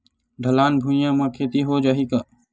ढलान भुइयां म खेती हो जाही का?